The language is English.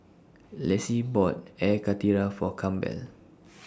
Lacy bought Air Karthira For Campbell